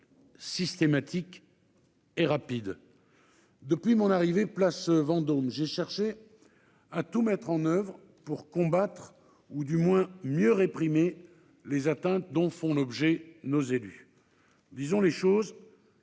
systématique et rapide. Depuis mon arrivée place Vendôme, j'ai cherché à tout mettre en oeuvre pour combattre, ou du moins mieux réprimer, les atteintes dont font l'objet nos élus. Car, disons les choses,